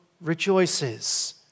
rejoices